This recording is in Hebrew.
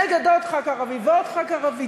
נגד עוד ח"כ ערבי ועוד ח"כ ערבי?